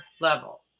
level